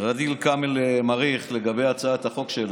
ע'דיר כמאל מריח בעניין הצעת החוק שלה,